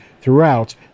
throughout